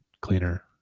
cleaner